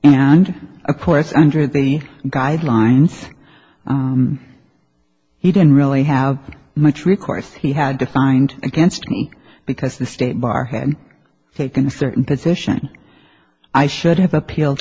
and of course under the guidelines he didn't really have much recourse he had to find against me because the state bar had taken a certain position i should have appealed